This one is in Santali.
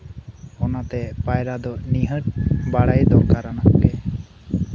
ᱚᱱᱟᱛᱮ ᱯᱟᱭᱨᱟᱜ ᱫᱚ ᱱᱤᱦᱟᱹᱛ ᱵᱟᱲᱟᱭ ᱫᱚᱨᱠᱟᱨ ᱚᱱᱟᱛᱮ